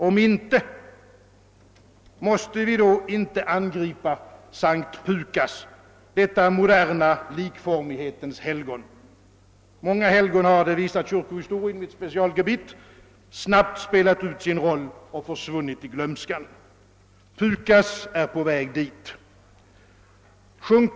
Om inte måste vi väl angripa S:t Pukas, detta moderna likformighetens helgon! Många helgon har — det visar kyrkohistorien, som är mitt specialgebit — snabbt spelat ut sin roll och försvunnit i glömskan. Pukas är på väg dit.